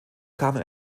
kamen